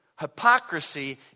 Hypocrisy